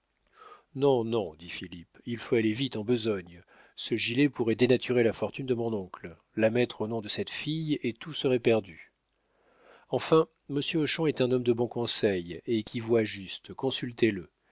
non non dit philippe il faut aller vite en besogne ce gilet pourrait dénaturer la fortune de mon oncle la mettre au nom de cette fille et tout serait perdu enfin monsieur hochon est un homme de bon conseil et qui voit juste consultez le